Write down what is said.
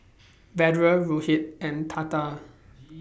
Vedre Rohit and Tata